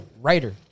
writer